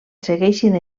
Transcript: segueixin